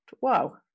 wow